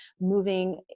moving